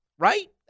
Right